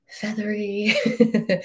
feathery